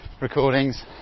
recordings